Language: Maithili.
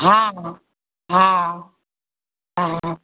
हँ हँ हँ